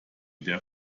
der